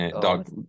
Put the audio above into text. dog